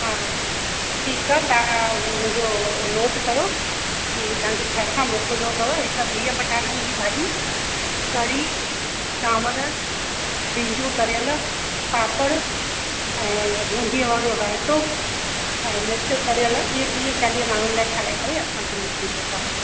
हा ठीकु आहे तव्हां मुंहिंजो नोट कयो कि तव्हां खे छा छा मोकिलणो अथव हिकु बिह पटाटनि जी भाॼी कढ़ी चांवर भिंडियूं तरियल पापड़ ऐं बूंदीअ वारो रायतो ऐं मिर्च तरियल इहे टीह चालीह माण्हुनि लाइ ठाहे करे असांखे मोकिलिजो तव्हां